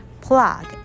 Plug